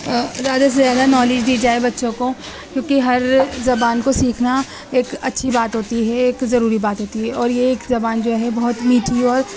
زیادہ سے زیادہ نالج دی جائے بچوں کو کیونکہ ہر زبان کو سیکھنا ایک اچھی بات ہوتی ہے ایک ضروری بات ہوتی ہے اور یہ ایک زبان جو ہے بہت میٹھی اور